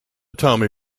tommy